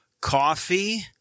coffee